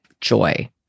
joy